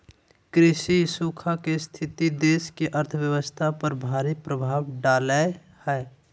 कृषि सूखा के स्थिति देश की अर्थव्यवस्था पर भारी प्रभाव डालेय हइ